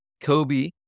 Kobe